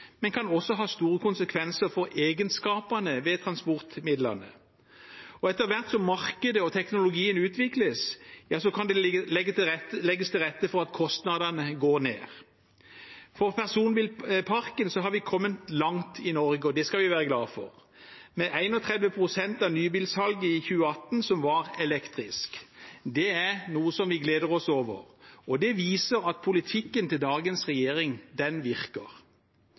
men kan også ha store konsekvenser for egenskaper ved transportmidlene. Og etter hvert som markedet og teknologien utvikles, kan det legges til rette for at kostnadene går ned. Når det gjelder personbilparken, har vi kommet langt i Norge, og det skal vi være glade for. 31 pst. av nybilsalget i 2018 var elektriske biler. Det er noe som vi gleder oss over. Det viser at politikken til dagens regjering virker.